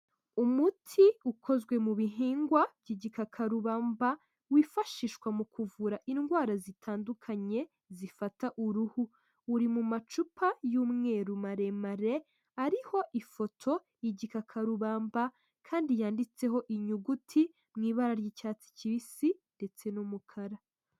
Umuti ukozwe mu bihingwa by'igikakarubamba, wifashishwa mu kuvura indwara zitandukanye zifata uruhu, uri mu macupa y'umweru maremare ariho ifoto y'igika karubamba kandi yanditseho inyuguti mu ibara ry'icyatsi kibisi ndetse n'umukara.